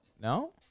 No